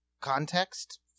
context